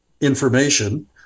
information